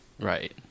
Right